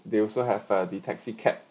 they also have uh the taxi cab